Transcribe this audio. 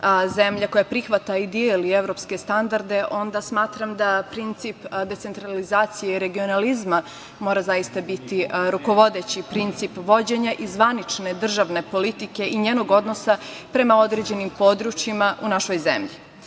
koja prihvata i deli evropske standarde, onda smatram da princip decentralizacije i regionalizma mora zaista biti rukovodeći princip vođenja i zvanične državne politike i njenog odnosa prema određenim područjima u našoj zemlji. Ja